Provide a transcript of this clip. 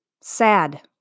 Sad